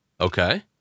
Okay